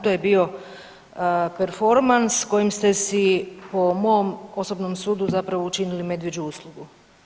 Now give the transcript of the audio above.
To je bio performans kojem ste si po mom osobnom sudu zapravo učinili medvjeđu uslugu.